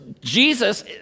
Jesus